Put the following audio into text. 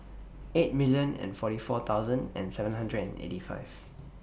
eight million and forty four thousand and seven hundred eighty five